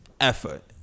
effort